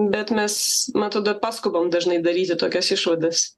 bet mes man atrodo paskubam dažnai daryti tokias išvadas